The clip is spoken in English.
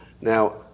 Now